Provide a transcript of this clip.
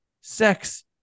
Sex